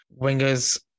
wingers